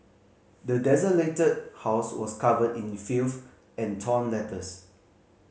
the desolated house was covered in filth and torn letters